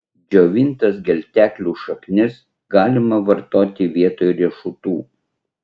džiovintas gelteklių šaknis galima vartoti vietoj riešutų